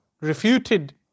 refuted